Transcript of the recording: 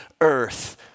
earth